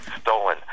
stolen